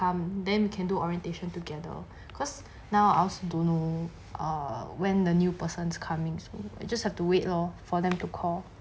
um then can do orientation together cause now ask don't know err when the new persons coming so I just have to wait lor for them to call